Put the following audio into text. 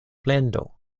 plendo